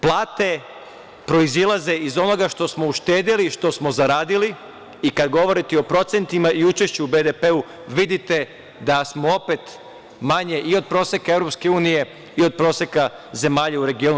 Plate proizilaze iz onoga što smo uštedeli, što smo zaradili i kada govorite o procentima, učešću u BDP, vidite da smo opet manji i od proseka EU i od proseka zemalja u regionu.